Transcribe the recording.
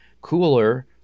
cooler